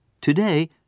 Today